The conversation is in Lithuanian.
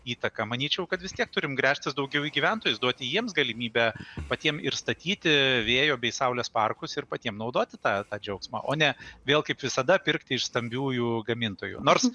įtaka manyčiau kad vis tiek turim gręžtis daugiau į gyventojus duoti jiems galimybę patiem ir statyti vėjo bei saulės parkus ir patiem naudoti tą džiaugsmą o ne vėl kaip visada pirkti iš stambiųjų gamintojų nors